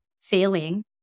failing